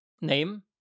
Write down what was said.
name